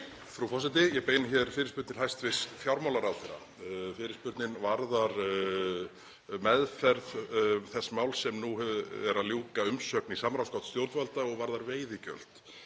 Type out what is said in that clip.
Frú forseti. Ég beini hér fyrirspurn til hæstv. fjármálaráðherra. Fyrirspurnin varðar meðferð þess máls sem nú er að ljúka umsögn í samráðsgátt stjórnvalda og varðar veiðigjöld.